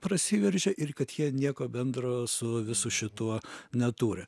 prasiveržia ir kad jie nieko bendro su visu šituo neturi